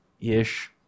ish